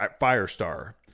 Firestar